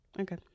Okay